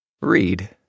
read